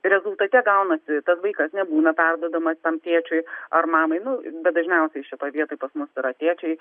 rezultate gaunasi kad vaikas nebūna perduodamas tam tėčiui ar mamai nu bet dažniausiai šitoj vietoj pas mus yra tėčiai